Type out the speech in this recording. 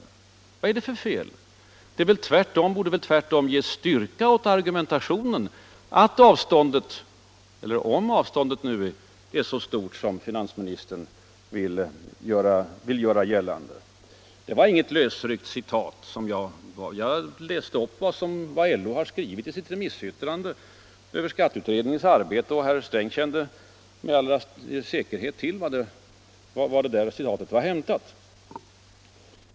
Det borde väl tvärtom ge styrka åt min argumentation, om avståndet är så stort som finansministern vill göra gällande. Det var inget lösryckt citat som jag återgav, utan jag läste upp vad LO har skrivit i sitt remissyttrande över skatteutredningens arbete, och herr Sträng känner med säkerhet till varifrån det citatet var hämtat.